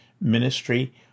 ministry